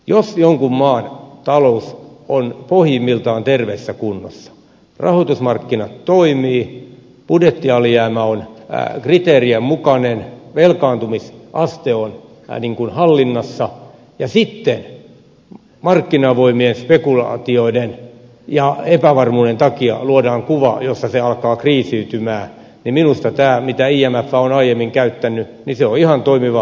jos jonkun maan talous on pohjimmiltaan terveessä kunnossa rahoitusmarkkinat toimivat budjettialijäämä on kriteerien mukainen velkaantumisaste on hallinnassa ja sitten markkinavoimien spekulaatioiden ja epävarmuuden takia luodaan kuvaa jossa se alkaa kriisiytymään niin minusta tämä mitä imf on aiemmin käyttänyt on ihan toimiva mekanismi silloin